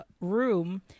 room